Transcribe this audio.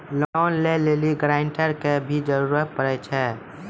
Loan लै लेली guarantor के भी जरूरी पड़ै छै?